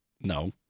No